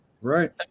Right